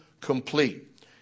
complete